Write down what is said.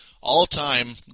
all-time